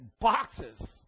boxes